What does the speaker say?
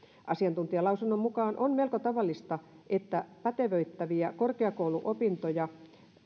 asiantuntijalausunnon mukaan on melko tavallista että pätevöittäviä korkeakouluopintoja